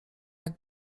jak